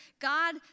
God